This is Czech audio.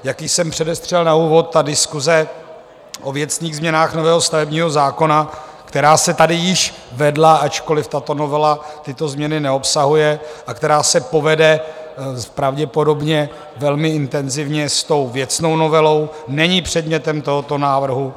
Jak již jsem předestřel na úvod, diskuse o věcných změnách nového stavebního zákona, která se tady již vedla, ačkoliv tato novela tyto změny neobsahuje a která se povede pravděpodobně velmi intenzivně s věcnou novelou, není předmětem tohoto návrhu.